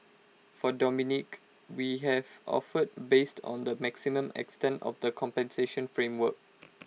for Dominique we have offered based on the maximum extent of the compensation framework